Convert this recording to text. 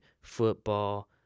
football